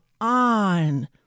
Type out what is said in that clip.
on